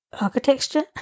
Architecture